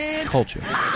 culture